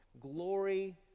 Glory